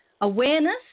Awareness